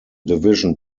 division